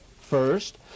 First